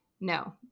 no